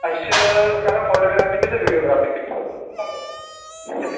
اَسہِ چھِ کَران فوٹوٗگرٛافی تہِ تہٕ ویٖڈیوگرٛافی تہِ